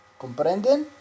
¿Comprenden